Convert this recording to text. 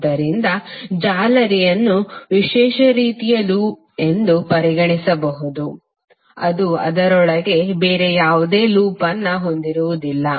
ಆದ್ದರಿಂದ ಜಾಲರಿಯನ್ನು ವಿಶೇಷ ರೀತಿಯ ಲೂಪ್ ಎಂದು ಪರಿಗಣಿಸಬಹುದು ಅದು ಅದರೊಳಗೆ ಬೇರೆ ಯಾವುದೇ ಲೂಪ್ ಅನ್ನು ಹೊಂದಿರುವುದಿಲ್ಲ